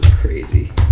crazy